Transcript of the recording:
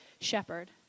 shepherd